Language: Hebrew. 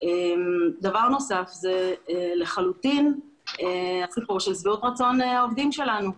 דבר נוסף זה לחלוטין הסיפור של שביעות רצון העובדים שלנו.